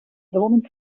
woman